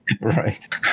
Right